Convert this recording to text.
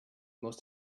most